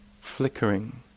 Flickering